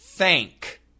thank